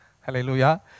Hallelujah